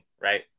right